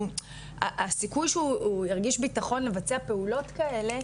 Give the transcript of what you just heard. הסיכוי שהוא ירגיש ביטחון לבצע פעולות כאלה,